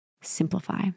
Simplify